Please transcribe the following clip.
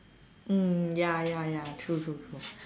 mm ya ya ya true true true